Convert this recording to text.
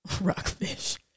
rockfish